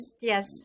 yes